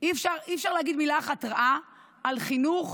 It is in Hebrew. אי-אפשר להגיד מילה אחת רעה על חינוך